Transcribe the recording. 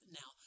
now